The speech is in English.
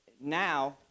now